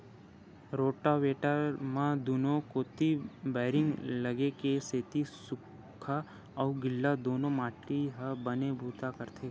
rotavator म दूनो कोती बैरिंग लगे के सेती सूख्खा अउ गिल्ला दूनो माटी म बने बूता करथे